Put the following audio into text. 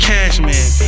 Cashman